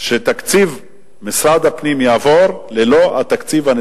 לא רק את הממשלה, אלא מחייבות